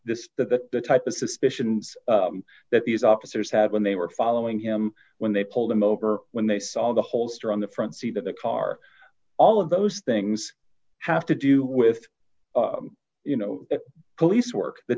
this that the type of suspicion that these officers had when they were following him when they pulled him over when they saw the holster on the front seat of the car all of those things have to do with d you know police work the